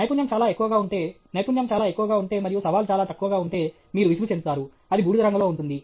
నైపుణ్యం చాలా ఎక్కువగా ఉంటే నైపుణ్యం చాలా ఎక్కువగా ఉంటే మరియు సవాలు చాలా తక్కువగా ఉంటే మీరు విసుగు చెందుతారు అది బూడిద రంగులో ఉంటుంది